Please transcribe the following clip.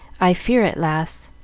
i fear it, lass.